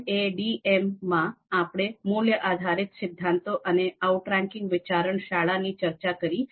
MADM માં આપણે મૂલ્ય આધારિત સિદ્ધાંતો અને આઉટ રેંકિંગ વિચારણ શાળા ની ચર્ચા કરી